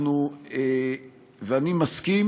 ואני מסכים